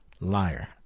liar